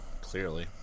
Clearly